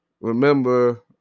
remember